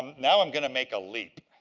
um now i'm going to make a leap.